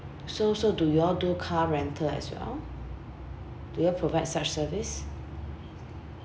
so so do you all do car rental as well do you all provide such service